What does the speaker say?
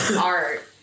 art